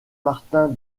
martin